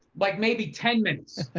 like maybe ten minutes.